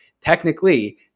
technically